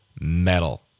Metal